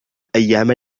أيام